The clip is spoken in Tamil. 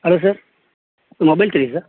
ஹலோ சார் மொபைல் கடையா சார்